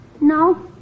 No